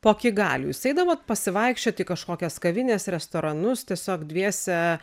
po kigalių jūs eidavot pasivaikščiot į kažkokias kavines restoranus tiesiog dviese